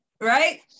right